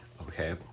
Okay